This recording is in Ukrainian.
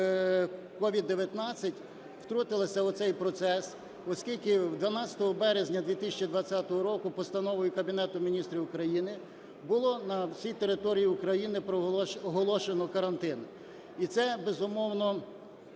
COVID-19 втрутилося у цей процес, оскільки 12 березня 2020 року Постановою Кабінету Міністрів України було на всій території України оголошено карантин, і це, безумовно,